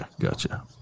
gotcha